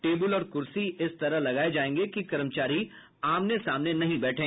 table और कुर्सी इस तरह लगाये जायेंगे कि कर्मचारी आमने सामने नहीं बैंठे